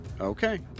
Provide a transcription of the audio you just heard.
Okay